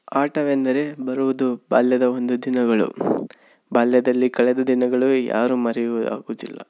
ಆಟವೆಂದರೆ ಬರುವುದು ಬಾಲ್ಯದ ಒಂದು ದಿನಗಳು ಬಾಲ್ಯದಲ್ಲಿ ಕಳೆದ ದಿನಗಳು ಯಾರೂ ಮರೆಯು ಆಗುದಿಲ್ಲ